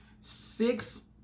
six